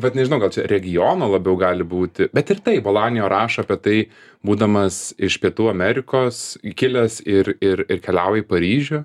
vat nežinau gal regiono labiau gali būti bet ir tai volanijo rašo apie tai būdamas iš pietų amerikos kilęs ir ir ir keliauja į paryžių